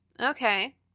Okay